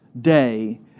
day